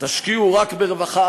תשקיעו רק ברווחה,